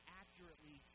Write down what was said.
accurately